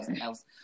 else